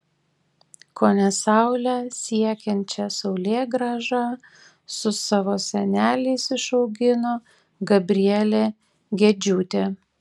kone saulę siekiančią saulėgrąžą su savo seneliais išaugino gabrielė gedžiūtė